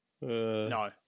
No